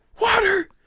Water